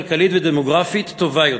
כלכלית ודמוגרפית טובה יותר.